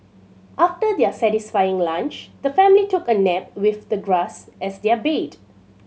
after their satisfying lunch the family took a nap with the grass as their bed